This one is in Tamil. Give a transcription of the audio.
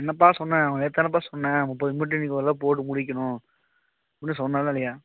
என்னப்பா சொன்னேன் நேற்று தானேப்பா சொன்னேன் முப்பது மீட்டரு இன்றைக்குள்ள போட்டு முடிக்கணும் அப்படினு சொன்னேனா இல்லையா